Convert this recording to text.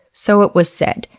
so it was said.